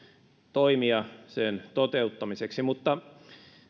toimia sen toteuttamiseksi mutta